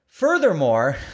Furthermore